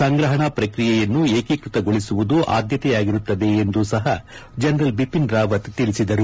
ಸಂಗ್ರಹಣಾ ಪ್ರಕ್ರಿಯೆಯನ್ನು ಏಕೀಕೃತಗೊಳಿಸುವುದು ಆಧ್ಯತೆಯಾಗಿರುತ್ತದೆ ಎಂದು ಸಹ ಜನರಲ್ ಬಿಪಿನ್ ರಾವತ್ ತಿಳಿಸಿದರು